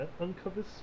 uncovers